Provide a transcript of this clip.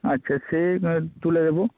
আচ্ছা সে তুলে দেবো